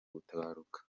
gutabaruka